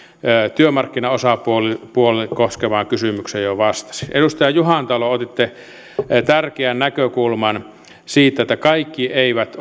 työmarkkinaosapuolia koskevaan kysymykseen jo vastasin edustaja juhantalo otitte tärkeän näkökulman siitä että kaikki eivät